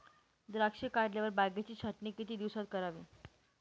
द्राक्षे काढल्यावर बागेची छाटणी किती दिवसात करावी?